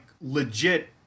legit